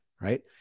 right